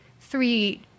three